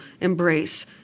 embrace